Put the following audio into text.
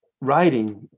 writing